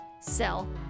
Sell